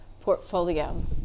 portfolio